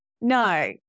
no